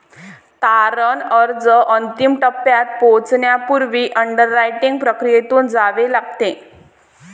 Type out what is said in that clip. तारण अर्ज अंतिम टप्प्यात पोहोचण्यापूर्वी अंडररायटिंग प्रक्रियेतून जावे लागते